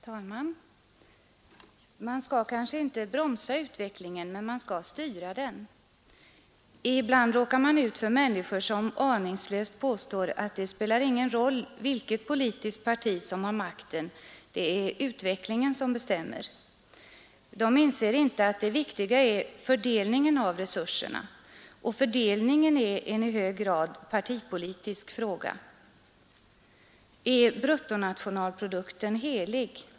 Fru talman! Man skall kanske inte bromsa utvecklingen, men man skall styra den. Ibland råkar man på människor som aningslöst påstår att det inte spelar någon roll vilket politiskt parti som har makten; det är utvecklingen som bestämmer. De inser inte att det viktiga är fördelningen av resurserna, och fördelningen är en i hög grad partipolitisk fråga. Är bruttonationalprodukten helig?